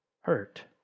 hurt